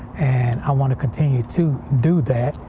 and i want to continue to do that.